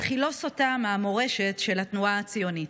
אך היא לא סוטה מהמורשת של התנועה הציונית.